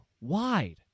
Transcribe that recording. wide